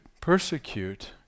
persecute